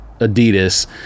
Adidas